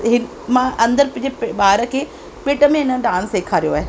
हे मां अंदरि पंहिंजे प ॿार खे पेट में अन डांस सेखारियो आहे